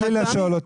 אז תן לי לשאול אותה,